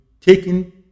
taken